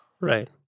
right